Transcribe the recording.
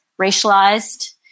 racialized